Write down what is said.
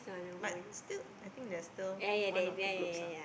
but still I think there's still one or two groups ah